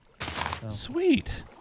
Sweet